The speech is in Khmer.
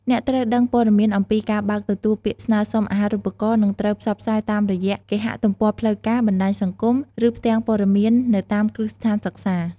អ្នកត្រូវដឹងព័ត៌មានអំពីការបើកទទួលពាក្យស្នើសុំអាហារូបករណ៍នឹងត្រូវផ្សព្វផ្សាយតាមរយៈគេហទំព័រផ្លូវការ បណ្ដាញសង្គម ឬផ្ទាំងព័ត៌មាននៅតាមគ្រឹះស្ថានសិក្សា។